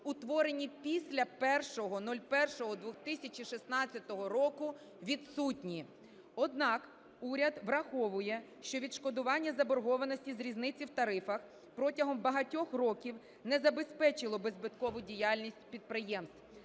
утворені після 01.01.2016 року, відсутні. Однак, уряд враховує, що відшкодування заборгованості з різниці в тарифах протягом багатьох років не забезпечило би збиткову діяльність підприємств.